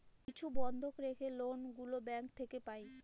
কিছু বন্ধক রেখে লোন গুলো ব্যাঙ্ক থেকে পাই